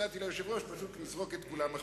הצעתי ליושב-ראש פשוט לזרוק את כולם החוצה,